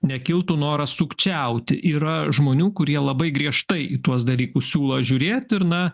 nekiltų noras sukčiauti yra žmonių kurie labai griežtai į tuos dalykus siūlo žiūrėt ir na